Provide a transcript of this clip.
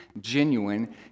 genuine